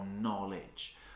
knowledge